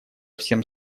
всем